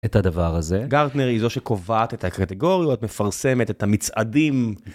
את הדבר הזה גרטנר היא זו שקובעת את הקטגוריות מפרסמת את המצעדים.